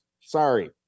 Sorry